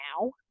now